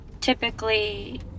Typically